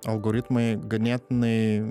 algoritmai ganėtinai